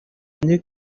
new